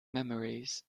memories